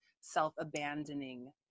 self-abandoning